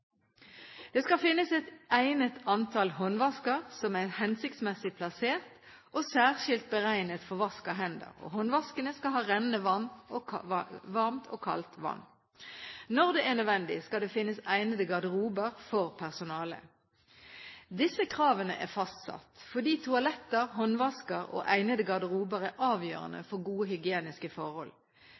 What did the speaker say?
Det skal finnes et egnet antall håndvasker som er hensiktsmessig plassert, og særskilt beregnet for vask av hender. Håndvaskene skal ha rennende varmt og kaldt vann. Når det er nødvendig, skal det finnes egnede garderober for personalet. Disse kravene er fastsatt fordi toaletter, håndvasker og egnede garderober er avgjørende for gode hygieniske forhold.